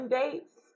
dates